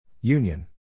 Union